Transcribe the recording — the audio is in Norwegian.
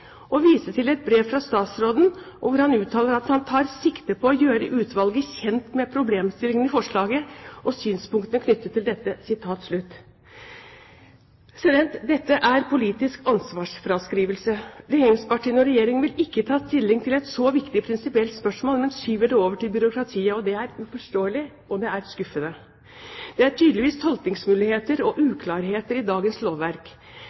og viser til at statsråden, i brev til komiteen uttaler at han tar sikte på å gjere dette utvalet kjent med problemstillingane i forslaget og synspunkta knytt til dette.» Dette er politisk ansvarsfraskrivelse. Regjeringspartiene og Regjeringen vil ikke ta stilling til et så viktig prinsipielt spørsmål, men skyver det over til byråkratiet. Det er uforståelig, og det er skuffende. Det er tydeligvis tolkningsmuligheter og uklarheter i dagens lovverk.